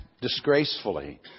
disgracefully